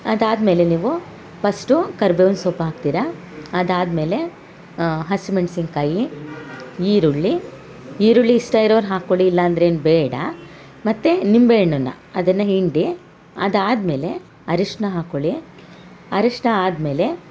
ಅದಾದ್ಮೇಲೆ ನೀವು ಫಸ್ಟು ಕರ್ಬೇವಿನ ಸೊಪ್ಪು ಹಾಕ್ತಿರಾ ಅದಾದ ಮೇಲೆ ಹಸಿ ಮೆಣ್ಸಿನ್ಕಾಯಿ ಈರುಳ್ಳಿ ಈರುಳ್ಳಿ ಇಷ್ಟ ಇರೋರು ಹಾಕ್ಕೊಳಿ ಇಲ್ಲಾಂದ್ರೆ ಏನು ಬೇಡ ಮತ್ತು ನಿಂಬೆ ಹಣ್ಣನ್ನ ಅದನ್ನ ಹಿಂಡಿ ಅದಾದ ಮೇಲೆ ಅರಿಶ್ನ ಹಾಕ್ಕೊಳಿ ಅರಿಶಿನ ಆದ್ಮೇಲೆ